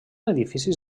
edificis